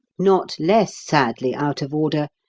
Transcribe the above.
not less sadly out of order,